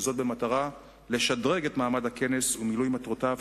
וזאת במטרה לשדרג את מעמד הכנס ואת מילוי מטרותיו,